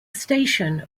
station